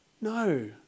No